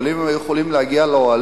אבל אם הם היו יכולים להגיע לאוהלים,